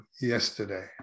yesterday